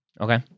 Okay